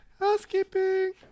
housekeeping